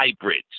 hybrids